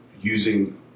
using